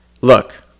Look